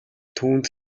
түүнд